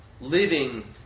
Living